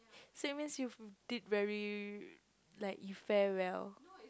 so it means you did very like you fare well